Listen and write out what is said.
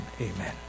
amen